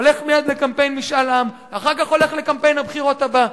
הולך מייד לקמפיין משאל עם ואחר כך הולך לקמפיין הבחירות הבא?